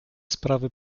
sprawy